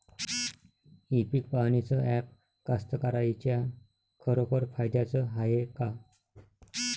इ पीक पहानीचं ॲप कास्तकाराइच्या खरोखर फायद्याचं हाये का?